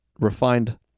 refined